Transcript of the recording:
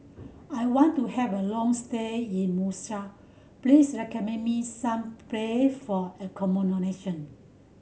I want to have a long stay in Muscat please recommend me some place for accommodation